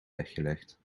weggelegd